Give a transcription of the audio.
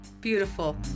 Beautiful